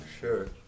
Sure